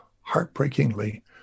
heartbreakingly